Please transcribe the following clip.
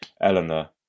Eleanor